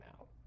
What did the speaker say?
out